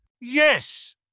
Yes